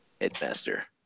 Headmaster